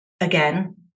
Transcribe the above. again